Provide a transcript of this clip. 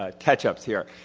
ah catch ups here.